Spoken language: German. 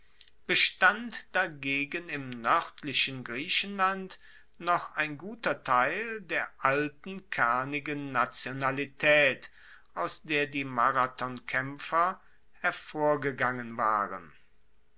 bestand dagegen im noerdlichen griechenland noch ein guter teil der alten kernigen nationalitaet aus der die marathonkaempfer hervorgegangen waren